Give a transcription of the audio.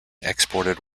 exported